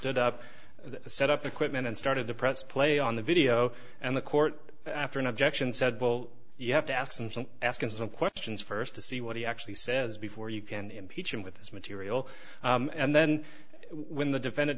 stood up set up equipment and started the press play on the video and the court after an objection said well you have to ask and ask him some questions first to see what he actually says before you can impeach him with this material and then when the defendant